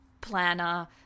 planner